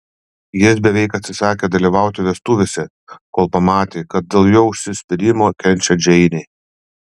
jis beveik atsisakė dalyvauti vestuvėse kol pamatė kad dėl jo užsispyrimo kenčia džeinė